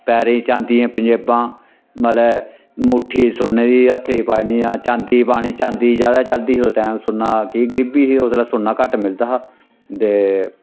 पैरें चांदी दियां पंजेबां मतलब ङूठी सुन्ने दी हत्थे पानी आ चांदी दी पानी चांदी दी ज्यादा चलदी ही उस टैम सुन्ना की जे गरीबी ही उसलै सुन्ना घट्ट मिलदा हा ते